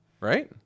Right